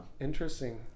Interesting